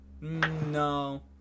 No